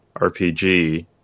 RPG